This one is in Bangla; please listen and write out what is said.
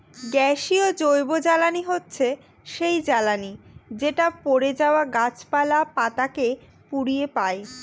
গ্যাসীয় জৈবজ্বালানী হচ্ছে সেই জ্বালানি যেটা পড়ে যাওয়া গাছপালা, পাতা কে পুড়িয়ে পাই